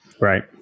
right